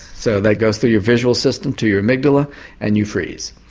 so that goes to your visual system to your amygdala and you freeze.